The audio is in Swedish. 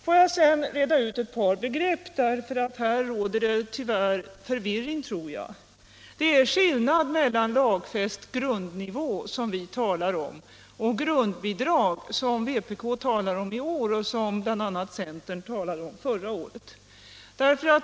Låt mig sedan reda ut ett par begrepp, därför att här råder det tyvärr förvirring. Det är skillnad mellan lagfäst grundnivå, som vi talar om, och grundbidrag, som vpk talar om i år och som bl.a. centern talade om förra året.